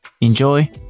Enjoy